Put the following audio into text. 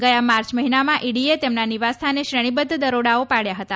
ગયા માર્ચ મહિનામાં ઇડીએ તેમના નિવાસસ્થાને શ્રેણીબધ્ધ દરોડાઓ પાડ્યા હતા